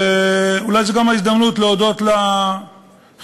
ואולי זו גם ההזדמנות להודות לחבר'ה